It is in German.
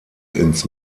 ins